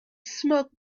smoke